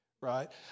right